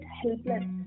helpless